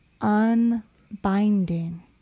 unbinding